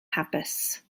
hapus